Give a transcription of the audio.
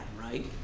right